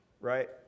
Right